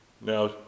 Now